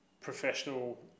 professional